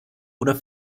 oder